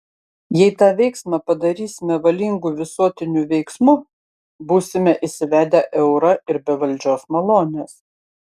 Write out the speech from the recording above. jei tą veiksmą padarysime valingu visuotiniu veiksmu būsime įsivedę eurą ir be valdžios malonės